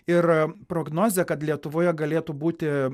ir prognozė kad lietuvoje galėtų būti